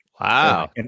Wow